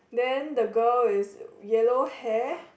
then the girl is yellow hair